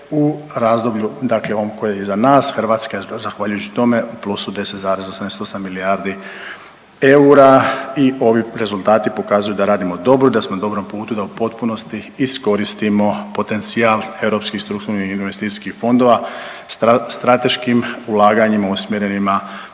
u razdoblju, dakle ovom koje je iza nas Hrvatska je zahvaljujući tome u plusu 10,88 milijardi eura i ovim rezultati pokazuju da radimo dobro i da smo na dobrom putu da u potpunosti iskoristimo potencijal europskih strukturnih investicijskih fondova strateškim ulaganjima usmjerenima